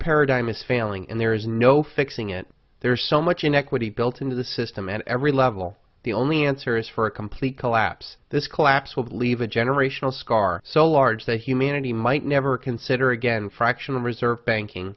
paradigm is failing and there is no fixing it there's so much inequity built into the system at every level the only answer is for a complete collapse this collapse would leave a generational scar so large that humanity might never consider again fractional reserve banking